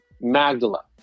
Magdala